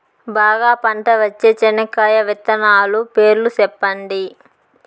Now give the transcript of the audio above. బాగా పంట వచ్చే చెనక్కాయ విత్తనాలు పేర్లు సెప్పండి?